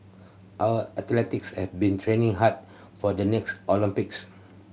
our athletes have been training hard for the next Olympics